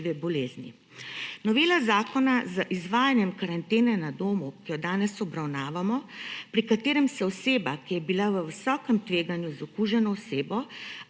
Novela zakona z izvajanjem karantene na domu, ki jo danes obravnavamo, pri katerem se oseba, ki je bila v visokem tveganju z okuženo osebo